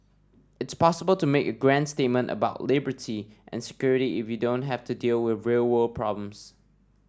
it's possible to make grand statements about liberty and security if you don't have to deal with real world problems